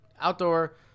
outdoor